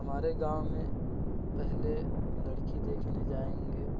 हमारे गाँव में पहले लड़की देखने जाएँगे